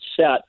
set